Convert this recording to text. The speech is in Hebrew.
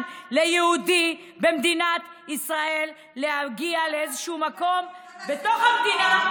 ליהודי במדינת ישראל להגיע לאיזשהו מקום בתוך המדינה,